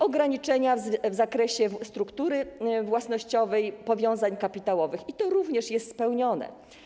Ograniczenia w zakresie struktury własnościowej powiązań kapitałowych - to również jest spełnione.